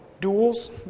duels